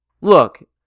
Look